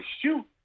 shoot